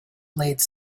blades